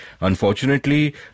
Unfortunately